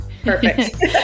perfect